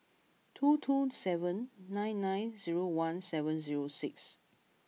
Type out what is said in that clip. two two seven nine nine zero one seven zero six